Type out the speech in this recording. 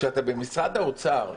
כשאתה במשרד האוצר,